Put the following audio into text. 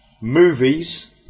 Movies